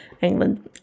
England